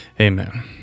amen